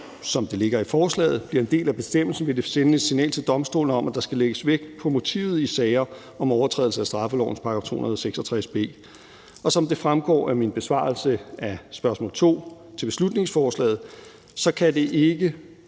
som det ligger i forslaget, bliver en del af bestemmelsen, vil det sende et signal til domstolene om, at der skal lægges vægt på motivet i sager om overtrædelse af straffelovens § 266 b. Og som det fremgår af min besvarelse af spørgsmål 2 til beslutningsforslaget, kan det ikke